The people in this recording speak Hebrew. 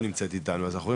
נמצאת איתנו, אז אנחנו עוברים